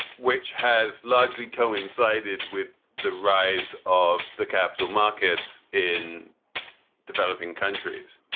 which has largely coincided with the rise of the capital markets in developing countries.